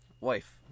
wife